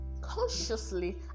consciously